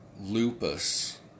lupus